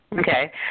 Okay